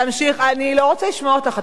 אני לא רוצה לשמוע אותך.